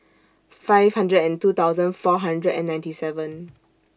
five hundred and two thousand four hundred and ninety seven